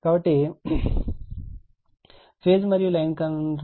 కాబట్టి ఫేజ్ మరియు line current లను పొందడం మన లక్ష్యం